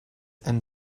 and